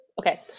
Okay